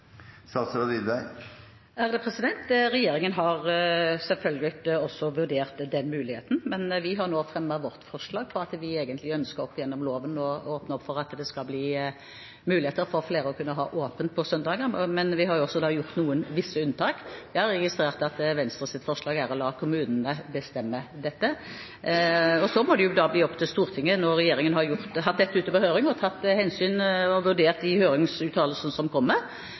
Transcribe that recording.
Regjeringen har selvfølgelig også vurdert den muligheten, men vi har nå fremmet vårt forslag fordi vi ønsker gjennom loven å åpne opp for at det skal bli muligheter for flere til å kunne ha åpent på søndager. Men vi har gjort visse unntak. Jeg har registrert at Venstres forslag er å la kommunene bestemme dette. Så må det bli opp til Stortinget når regjeringen har hatt dette ute på høring og tatt hensyn til og vurdert de høringsuttalelsene som kommer.